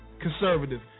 Conservative